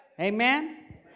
Amen